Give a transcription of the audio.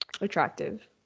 attractive